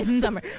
summer